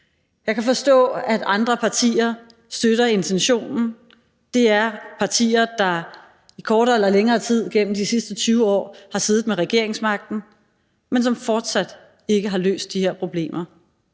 Jeg kan forstå, at andre partier støtter intentionen, det er partier, der i kortere eller længere tid igennem de sidste 20 år har siddet med regeringsmagten, men som fortsat ikke har løst de her problemer.